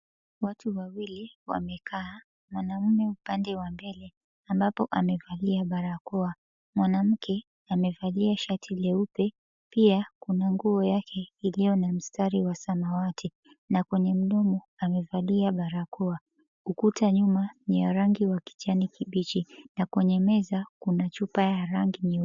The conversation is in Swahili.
Watu wawili wamekaa. Mwanamume upande wa mbele ambapo amevalia barakoa, mwanamke amevalia shati leupe, pia kuna nguo yake iliyo na mstari wa samawati, na kwenye mdomo amevalia barakoa. Ukuta nyuma ni ya rangi wa kijani kibichi na kwenye meza kuna chupa ya rangi nyeupe.